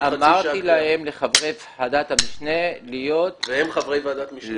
אמרתי לחברי ועדת המשנה להיות --- והם חברי ועדת המשנה?